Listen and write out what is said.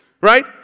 right